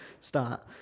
start